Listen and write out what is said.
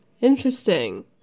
Interesting